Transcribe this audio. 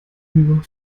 nur